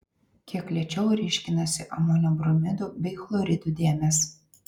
kiek lėčiau ryškinasi amonio bromidų bei chloridų dėmės